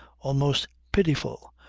almost pitiful,